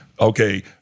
okay